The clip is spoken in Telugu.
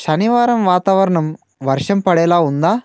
శనివారం వాతావరణం వర్షం పడేలా ఉందా